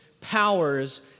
powers